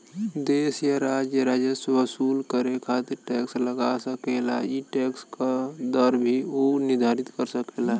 देश या राज्य राजस्व वसूल करे खातिर टैक्स लगा सकेला ई टैक्स क दर भी उ निर्धारित कर सकेला